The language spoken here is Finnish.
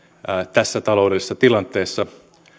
tässä taloudellisessa tilanteessa